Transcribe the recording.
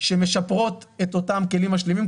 שמשפרות את אותם כלים משלימים.